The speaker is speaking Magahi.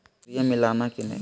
सुदिया मिलाना की नय?